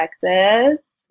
Texas